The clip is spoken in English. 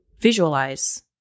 visualize